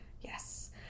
yes